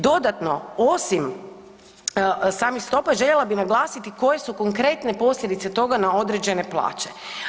Dodatno, osim samih stopa, željela bih naglasiti koje su konkretne posljedice toga na određene plaće.